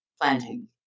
planting